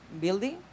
building